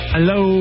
Hello